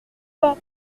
toi